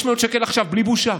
500 שקל עכשיו, בלי בושה.